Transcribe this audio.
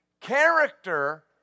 Character